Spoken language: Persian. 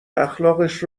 اخلاقش